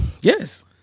Yes